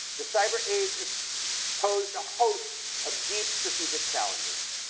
the cyber age has posed a host of deep strategic challenges,